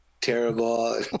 terrible